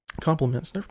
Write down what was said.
Compliments